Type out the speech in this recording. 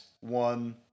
one